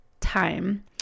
Time